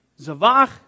Zavach